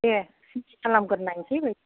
दे खालामग्रोना नायनोसै